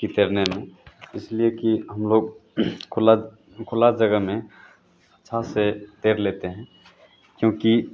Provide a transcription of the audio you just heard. कि तैरने में इसलिए कि हम लोग खुला खुला जगह में छत से तैर लेते हैं क्योंकि